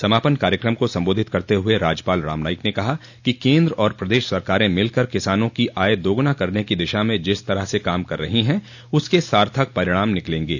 समापन कार्यक्रम को सम्बोधित करते हुए राज्यपाल रामनाईक ने कहा कि केन्द्र और प्रदेश सरकारें मिलकर किसानों की आय दोगुना करने की दिशा में जिस तरह से काम कर रही हैं उसके सार्थक परिणाम निकलेंगे